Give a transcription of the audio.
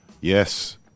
Yes